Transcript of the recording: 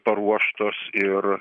paruoštos ir